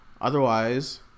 Otherwise